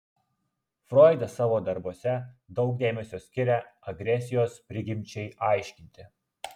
froidas savo darbuose daug dėmesio skiria agresijos prigimčiai aiškinti